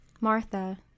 Martha